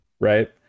right